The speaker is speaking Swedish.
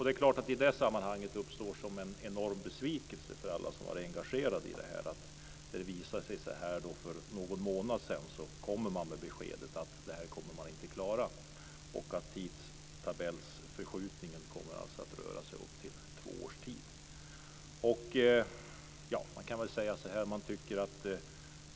Det är klart att det uppstår en enorm besvikelse för alla som varit engagerade i detta när man för någon månad sedan kommer med beskedet att man inte kommer att klara detta och att tidtabellsförskjutningen kommer att röra sig om upp till två års tid.